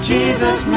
Jesus